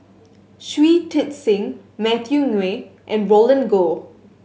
Shui Tit Sing Matthew Ngui and Roland Goh